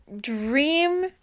Dream